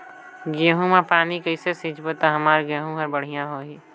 गहूं म पानी कइसे सिंचबो ता हमर गहूं हर बढ़िया होही?